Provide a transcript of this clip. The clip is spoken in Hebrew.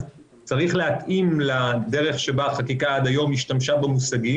אז צריך להתאים לדרך שבה החקיקה השתמשה במושגים